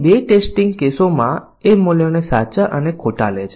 તેથી ચાલો આપણે એક સરળ ટૅક્નિક જોઈએ જે નિવેદન કવરેજ આધારિત પરીક્ષણ છે